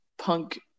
punk